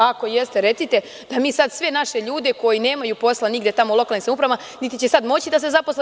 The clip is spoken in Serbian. Ako jeste, recite da mi sad sve naše ljude koji nemaju posla nigde tamo u lokalnim samoupravama, niti će sada moći da se zaposle.